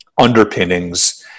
underpinnings